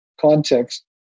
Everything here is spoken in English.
context